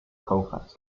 colfax